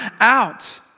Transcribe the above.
out